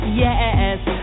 yes